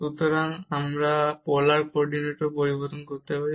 সুতরাং আবার আমরা পোলার কোঅর্ডিনেটেও পরিবর্তন করে দেখতে পারি